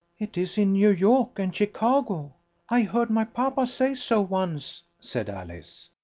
it is in new york and chicago i heard my papa say so once, said alice.